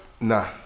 Nah